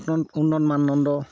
উন্নত মানদণ্ড